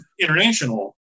international